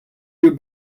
you